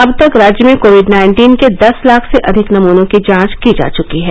अब तक राज्य में कोविड नाइन्टीन के दस लाख से अधिक नमूनों की जांच की जा चुकी है